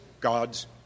God's